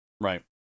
Right